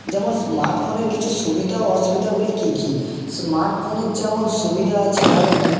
যেমন স্মার্টফোনের কিছু সুবিধা অসুবিধাগুলি কী কী স্মার্টফোনের যেমন সুবিধা আছে অনেকই